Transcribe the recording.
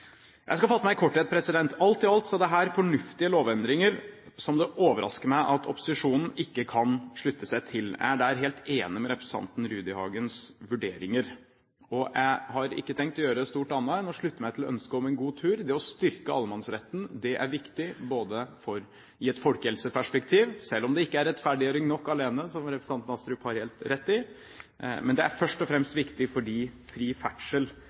Jeg skal fatte meg i korthet. Alt i alt er dette fornuftige lovendringer, som det overrasker meg at opposisjonen ikke kan slutte seg til. Jeg er der helt enig i representanten Rudihagens vurderinger. Jeg har ikke tenkt å gjøre stort annet enn å slutte meg til ønsket om en god tur. Det å styrke allemannsretten er viktig i et folkehelseperspektiv – selv om det ikke er rettferdiggjøring nok alene, som representanten Astrup har helt rett i – men det er først og fremst viktig fordi fri ferdsel